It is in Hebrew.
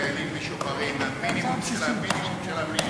לחיילים משוחררים זה המינימום של המינימום של המינימום.